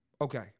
Okay